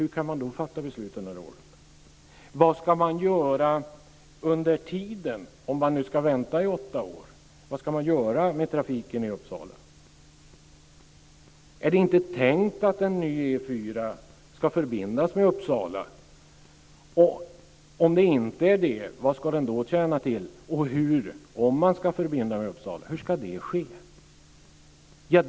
Vad ska man göra med trafiken i Uppsala under tiden om man ska vänta i åtta år? Är det inte tänkt att en ny E 4 ska förbindas med Uppsala? Om inte, vad ska den då tjäna till? Hur ska förbindelsen med Uppsala ske?